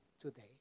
today